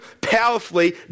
powerfully